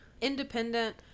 independent